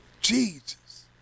Jesus